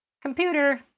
Computer